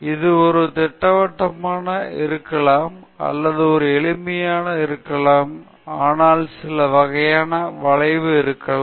இது ஒரு திட்டவட்டமானதாக இருக்கலாம் அல்லது அது எளிமையானதாக இருக்கலாம் ஆனால் சில வகையான வளைவு இருக்கலாம்